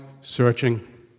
searching